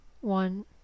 one